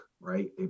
right